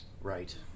Right